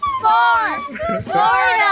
Florida